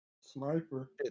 Sniper